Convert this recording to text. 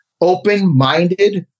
open-minded